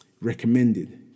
recommended